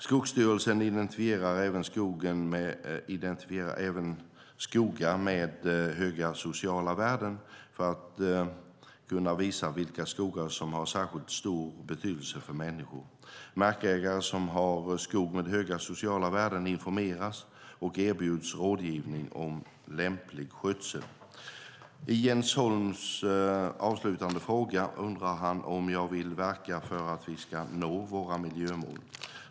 Skogsstyrelsen identifierar även skogar med höga sociala värden för att kunna visa vilka skogar som har särskilt stor betydelse för människor. Markägare som har skog med höga sociala värden informeras och erbjuds rådgivning om lämplig skötsel. I Jens Holms avslutande fråga undrar han om jag vill verka för att vi ska nå våra miljömål.